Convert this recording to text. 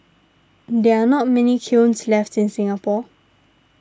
there are not many kilns left in Singapore